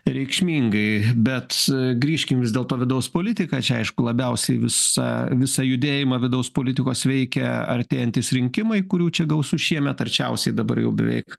reikšmingai bet grįžkim vis dėl to vidaus politika čia aišku labiausiai visą visą judėjimą vidaus politikos veikia artėjantys rinkimai kurių čia gausu šiemet arčiausiai dabar jau beveik